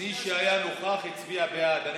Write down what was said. מי שהיה נוכח הצביע בעד.